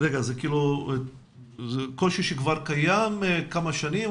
זה קושי שכבר קיים כמה שנים?